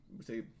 say